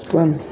पंद